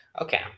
Okay